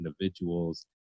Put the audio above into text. individuals